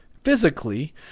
physically